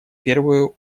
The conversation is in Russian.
первую